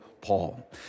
Paul